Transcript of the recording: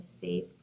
safe